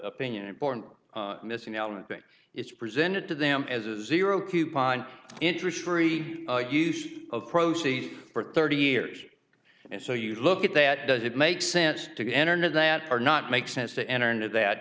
opinion important missing element that it's presented to them as a zero coupon interest free use of proceeds for thirty years and so you look at that does it make sense to enter into that or not makes sense to enter into that